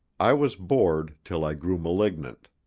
i was bored till i grew malignant.